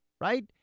right